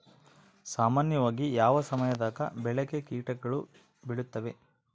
ಸಾಮಾನ್ಯವಾಗಿ ಯಾವ ಸಮಯದಾಗ ಬೆಳೆಗೆ ಕೇಟಗಳು ಬೇಳುತ್ತವೆ?